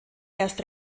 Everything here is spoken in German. erst